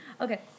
Okay